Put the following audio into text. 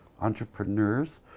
entrepreneurs